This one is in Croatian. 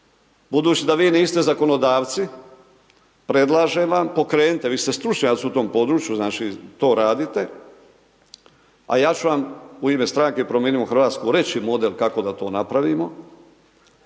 Budući da vi niste zakonodavci, predlažem vam pokrenite, vi ste stručnjaci u tom području, znači to radite, a ja ću vam u ime Stranke Promijenimo Hrvatsku reći model kako da to napravimo.